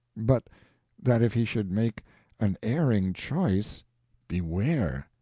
but that if he should make an erring choice beware!